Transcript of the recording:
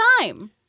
time